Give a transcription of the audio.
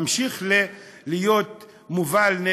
ממשיך להיות מובל,